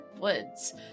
Woods